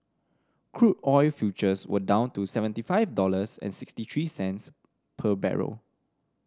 crude oil futures were down to seventy five dollars and sixty three cents per barrel